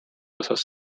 osas